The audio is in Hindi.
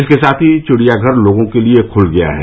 इसके साथ ही चिड़ियाघर लोगों के लिए खुल गया है